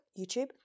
YouTube